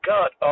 God